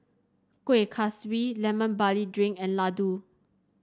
Kueh Kaswi Lemon Barley Drink and laddu